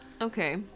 Okay